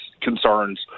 concerns